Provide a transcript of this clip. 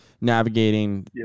navigating